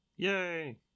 Yay